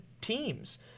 teams